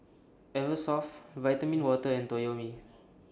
Eversoft Vitamin Water and Toyomi